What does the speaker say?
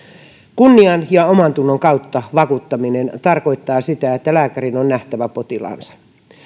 kunnian ja omantunnon kautta vakuuttaminen tarkoittaa sitä että lääkärin on nähtävä potilaansa